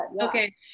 Okay